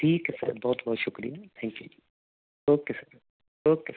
ਠੀਕ ਹੈ ਸਰ ਬਹੁਤ ਬਹੁਤ ਸ਼ੁਕਰੀਆ thank you okay sir okay sir